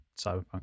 Cyberpunk